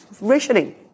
rationing